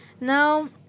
Now